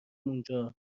اونجا